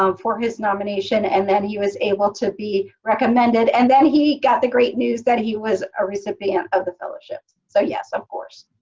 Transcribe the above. um for his nomination, and then he was able to be recommended. and then he got the great new that he was a recipient of the fellowship. so yes, of course.